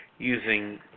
using